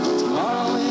tomorrow